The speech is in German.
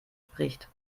spricht